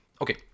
okay